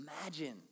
Imagine